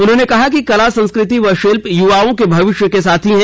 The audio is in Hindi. उन्होंने कहा कि कला संस्कृतिक षिल्प युवाओं के भविष्य के साथी हैं